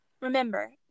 Remember